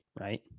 right